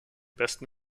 besten